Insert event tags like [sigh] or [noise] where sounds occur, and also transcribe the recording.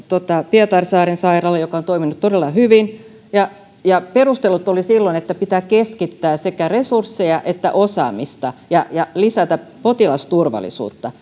pietarsaaren sairaalalta joka on toiminut todella hyvin ja ja perustelut olivat silloin että pitää keskittää sekä resursseja että osaamista ja ja lisätä potilasturvallisuutta [unintelligible]